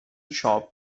shop